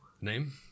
name